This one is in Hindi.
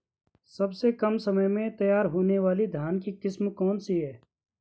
सबसे कम समय में तैयार होने वाली धान की किस्म कौन सी है?